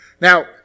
Now